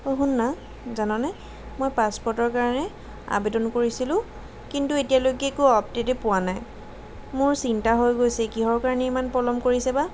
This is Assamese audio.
ও শুন না জাননে মই পাছপৰ্টৰ কাৰণে আবেদন কৰিছিলোঁ কিন্তু এতিয়ালৈকে একো আপডেটেই পোৱা নাই মোৰ চিন্তা হৈ গৈছে কিহৰ কাৰণে ইমান পলম কৰিছে বা